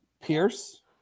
Pierce